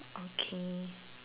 okay